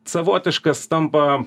savotiškas tampa